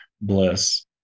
bliss